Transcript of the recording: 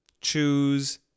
choose